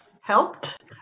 helped